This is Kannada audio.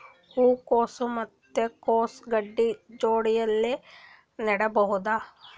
ಹೂ ಕೊಸು ಮತ್ ಕೊಸ ಗಡ್ಡಿ ಜೋಡಿಲ್ಲೆ ನೇಡಬಹ್ದ?